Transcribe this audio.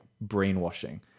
brainwashing